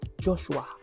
Joshua